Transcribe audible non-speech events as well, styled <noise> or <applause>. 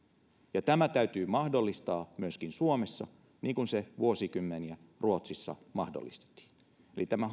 ja tämä täytyy mahdollistaa myöskin suomessa niin kuin se vuosikymmeniä ruotsissa mahdollistettiin eli tämä <unintelligible>